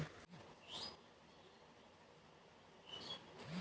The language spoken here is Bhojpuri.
बांस के लगभग तीन साल बाद काटल जाला